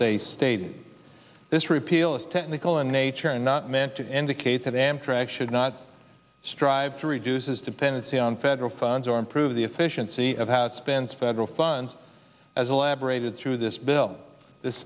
they stated this repeal is technical in nature and meant to indicate that amtrak should not strive to reduce his dependency on federal funds or improve the efficiency of has spent federal funds as elaborated through this bill this